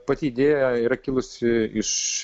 pati idėja yra kilusi iš